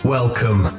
Welcome